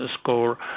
score